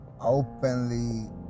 openly